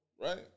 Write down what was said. right